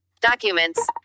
documents